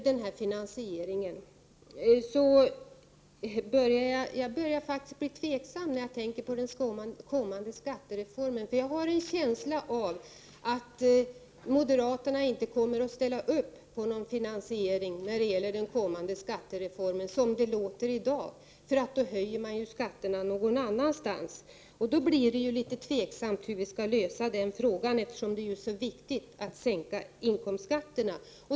Då det gäller finansieringen börjar jag bli tveksam när jag tänker på den kommande skattereformen. Jag har en känsla av att moderaterna inte kommer att ställa upp på någon finansiering av denna reform, som det låter i dag. Om den här reformen genomförs, höjs nämligen skatterna någon annanstans, och då blir det tveksamt hur vi skall kunna lösa frågan, eftersom det är så viktigt att sänka inkomstskatterna.